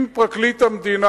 אם פרקליטות המדינה,